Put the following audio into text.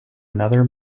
another